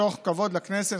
מתוך כבוד לכנסת.